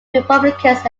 republicans